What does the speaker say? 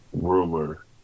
rumor